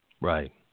Right